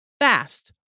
fast